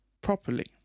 properly